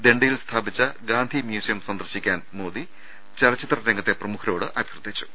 ദണ്ഡിയിൽ സ്ഥാപിച്ച ഗാന്ധി മ്യൂസിയം സന്ദർശിക്കാൻ മോദി ചലച്ചിത്രരംഗത്തെ പ്രമുഖരോട് അഭ്യർത്ഥിച്ചു